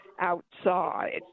outside